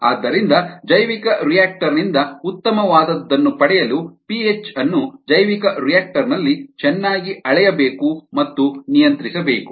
ಆದ್ದರಿಂದ ಜೈವಿಕರಿಯಾಕ್ಟರ್ ನಿಂದ ಉತ್ತಮವಾದದನ್ನು ಪಡೆಯಲು ಪಿಹೆಚ್ ಅನ್ನು ಜೈವಿಕರಿಯಾಕ್ಟರ್ ನಲ್ಲಿ ಚೆನ್ನಾಗಿ ಅಳೆಯಬೇಕು ಮತ್ತು ನಿಯಂತ್ರಿಸಬೇಕು